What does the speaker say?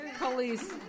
Police